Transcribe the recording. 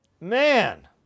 Man